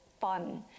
fun